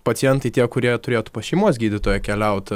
pacientai tie kurie turėtų pas šeimos gydytoją keliaut